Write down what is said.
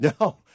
No